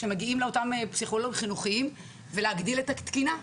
לפסיכולוגים החינוכיים ולהגדיל את התקינה.